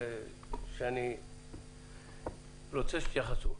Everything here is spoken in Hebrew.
ואני רוצה שתתייחסו.